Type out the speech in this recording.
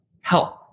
help